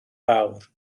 fawr